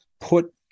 put